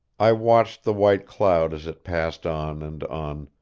i watched the white cloud as it passed on and on,